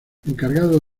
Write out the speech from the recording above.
encargado